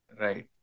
Right